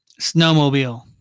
snowmobile